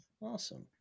awesome